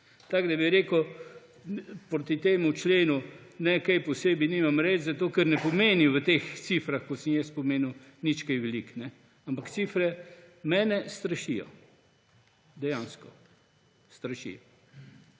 Tako da bi rekel, da proti temu členu česa posebej nimam reči, zato ker ne pomeni v teh cifrah, kot sem jih jaz omenil, nič kaj veliko. Ampak cifre mene strašijo, dejansko strašijo.